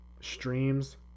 streams